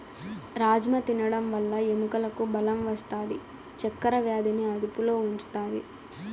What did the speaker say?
రాజ్మ తినడం వల్ల ఎముకలకు బలం వస్తాది, చక్కర వ్యాధిని అదుపులో ఉంచుతాది